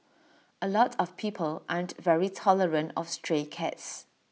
A lot of people aren't very tolerant of stray cats